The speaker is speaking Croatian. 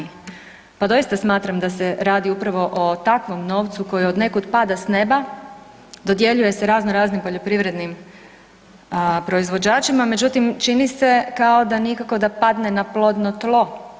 Pa doista smatram da se radi upravo o takvom novcu koji od nekud pada s neba, dodjeljuje se razno raznim poljoprivrednim proizvođačima, međutim, čini se kao da nikako da padne na plodno tlo.